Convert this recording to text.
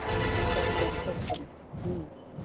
सत्यं सत्यं